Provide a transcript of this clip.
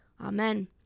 Amen